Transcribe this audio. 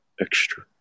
extra